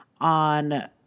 on